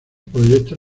proyectos